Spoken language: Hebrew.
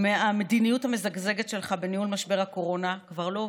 המדיניות המזגזגת שלך בניהול משבר הקורונה כבר לא עובדת.